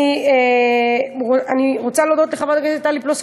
אני רוצה להודות לחברות הכנסת טלי פלוסקוב